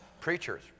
Preachers